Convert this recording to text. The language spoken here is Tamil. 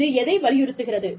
இது எதை வலியுறுத்துகிறது